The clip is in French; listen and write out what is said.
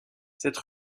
cette